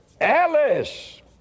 Alice